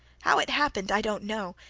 how it happened i don't know,